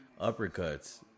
uppercuts